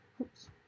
Oops